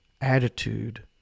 attitude